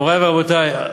מורי ורבותי,